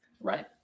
right